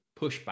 pushback